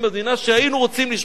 שהיינו רוצים לשמוע את דעתם,